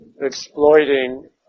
exploiting